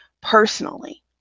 personally